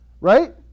Right